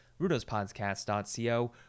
RudosPodcast.co